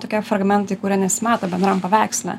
tokie fragmentai kurie nesimato bendram paveiksle